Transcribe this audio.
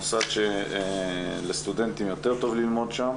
הוא מוסד שלסטודנטים יותר טוב ללמוד שם.